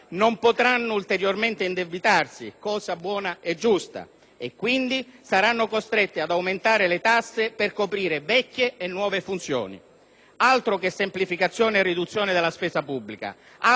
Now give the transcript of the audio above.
e quindi saranno costretti ad aumentare le tasse per coprire vecchie e nuove funzioni. Altro che semplificazione e riduzione della spesa pubblica! Altro che equilibrio dei conti pubblici! Siamo al rischio dell'anarchia fiscale.